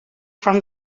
from